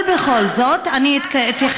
תאמיני